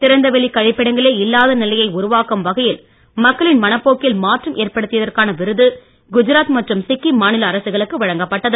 திறந்தவெளி கழிப்பிடங்களே இல்லாத நிலையை உருவாக்கும் வகையில் மக்களின் மனப்போக்கில் மாற்றம் ஏற்படுத்தியதற்கான விருது குஜராத் மற்றும் சிக்கிம் மாநில அரசுகளுக்கு வழங்கப்பட்டது